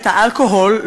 באמת האלכוהול,